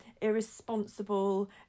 irresponsible